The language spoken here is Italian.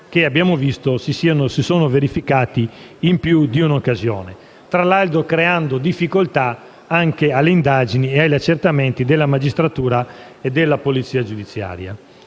che abbiamo visto verificarsi in più di un'occasione, tra l'altro creando difficoltà anche alle indagini e agli accertamenti della magistratura e della polizia giudiziaria.